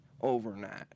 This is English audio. overnight